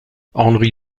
henry